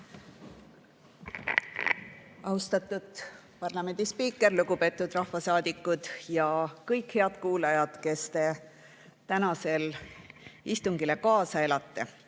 Austatud parlamendi spiiker! Lugupeetud rahvasaadikud ja kõik head kuulajad, kes te tänasele istungile kaasa elate